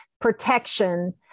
protection